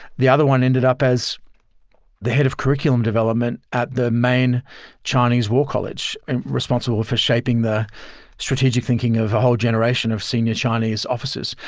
the other one ended up as the head of curriculum development at the main chinese war college responsible for shaping the strategic thinking of a whole generation of senior chinese officers.